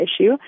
issue